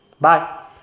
Bye